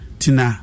tina